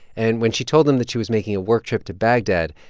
and when she told him that she was making a work trip to baghdad,